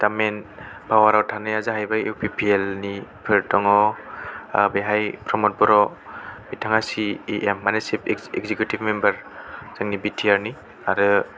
दा main power आव थानाया जाहैबाय इउ पि पि एल निफोर दङ बेवहाय प्रमद बर' बिथाङा सि इ एम माने चिफ इक्जिकिउटिभ मेम्बार जोंनि बि टि आर नि आरो